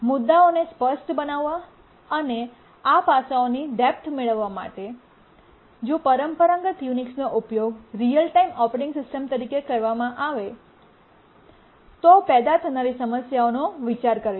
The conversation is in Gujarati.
મુદ્દાઓને સ્પષ્ટ બનાવવા અને આ પાસાંઓની ડેપ્થ મેળવવા માટે જો પરંપરાગત યુનિક્સનો ઉપયોગ રીઅલ ટાઇમ ઓપરેટિંગ સિસ્ટમ તરીકે કરવામાં આવે તો પેદા થનારી સમસ્યાઓનો વિચાર કરીશું